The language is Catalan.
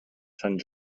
sant